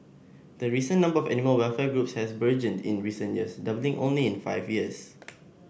the recent number of animal welfare groups has burgeoned in recent years doubling in only five years